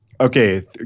okay